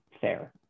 fair